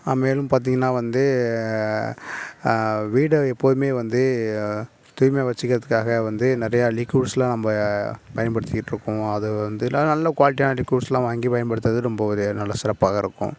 மேலும் பார்த்தீங்கன்னா வந்து வீடை எப்போதுமே வந்து தூய்மையாக வச்சிக்கிறதுக்காக வந்து நிறையா லிக்யூட்ஸ் எல்லாம் நம்ப பயன்படுத்திட்டுருக்கோம் அது வந்து எல்லாம் நல்ல குவால்ட்டியான லிக்யூட்ஸ் எல்லாம் வாங்கி பயன்படுத்துறது ரொம்ப ஒரு நல்ல சிறப்பாக இருக்கும்